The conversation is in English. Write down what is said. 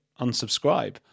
unsubscribe